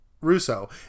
Russo